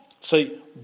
See